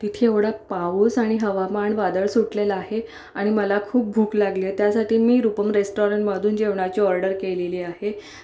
तिथे एवढा पाऊस आणि हवामान वादळ सुटलेलं आहे आणि मला खूप भूक लागली आहे त्यासाठी मी रूपम रेस्टॉरंटमधून जेवणाची ऑर्डर केलेली आहे